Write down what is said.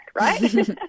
right